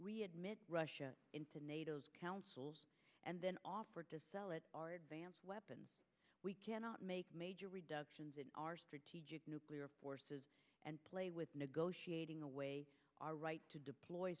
we admit russia into nato is councils and then offer to sell it weapons we cannot make major reductions in our strategic nuclear forces and play with negotiating away our right to deploy